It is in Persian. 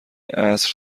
عصر